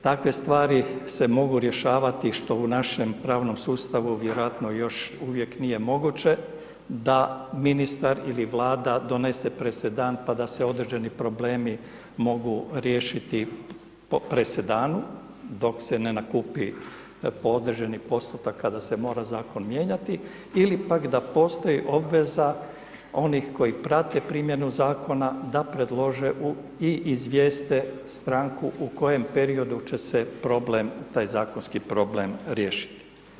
Takve stvari se mogu rješavati što u našem pravnom sustavu vjerojatno još uvijek nije moguće, da ministar ili vlada donese presedan pa da se određeni problemi mogu riješiti po presedanu dok se ne nakupi po određeni postupak kada se mora zakon mijenjati ili pak da postoji obveza onih koji prate primjenu zakona, da predlože i izvijeste stranku u kojem periodu će se problem, taj zakonski problem riješiti.